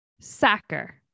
Sacker